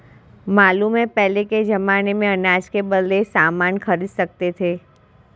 मालूम है पहले के जमाने में अनाज के बदले सामान खरीद सकते थे